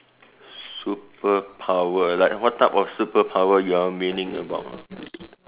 superpower like what type of superpower you're meaning about